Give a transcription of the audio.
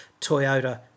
Toyota